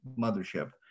mothership